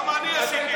גם אני עשיתי את זה.